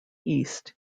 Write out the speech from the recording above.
east